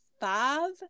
five